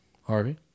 Harvey